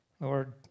Lord